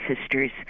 Sisters